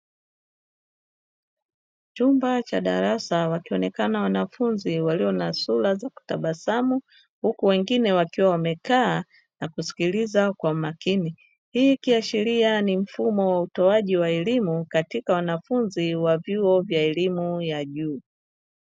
Chumba cha darasa, wakionekana wanafunzi wakiwa na sura za kutabasamu, huku wengine wakiwa wamekaa na kusikiliza kwa umakini. Hii ikiashiria ni mfumo wa utoaji wa elimu katika wanafunzi wa vyuo vya elimu ya juu.